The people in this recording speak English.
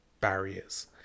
barriers